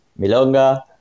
Milonga